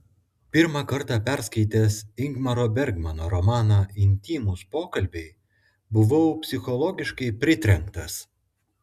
pirmą kartą perskaitęs ingmaro bergmano romaną intymūs pokalbiai buvau psichologiškai pritrenktas